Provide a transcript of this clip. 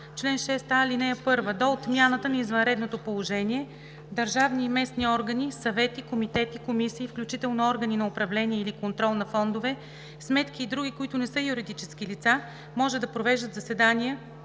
чл. 6а: „Чл. 6а. (1) До отмяната на извънредното положение държавни и местни органи, съвети, комитети, комисии, включително органи на управление или контрол на фондове, сметки и други, които не са юридически лица, може да провеждат заседания